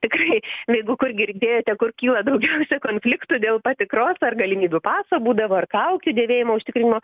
tikrai jeigu kur girdėjote kur kyla daugiausia konfliktų dėl patikros ar galimybių paso būdavo ar kaukių dėvėjimo užtikrinimo